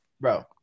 bro